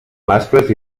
mascles